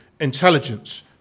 intelligence